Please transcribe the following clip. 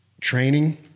training